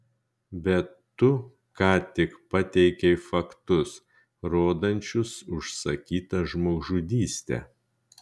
bet tu ką tik pateikei faktus rodančius užsakytą žmogžudystę